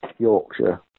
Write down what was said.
Yorkshire